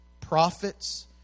prophets